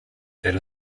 that